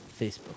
Facebook